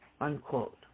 unquote